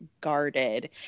guarded